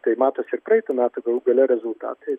tai matosi ir praeitų metų galų gale rezultatai